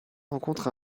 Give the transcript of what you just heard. rencontre